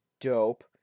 dope